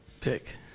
pick